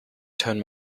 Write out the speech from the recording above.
turn